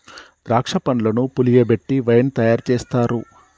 ద్రాక్ష పండ్లను పులియబెట్టి వైన్ తయారు చేస్తారు